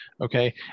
Okay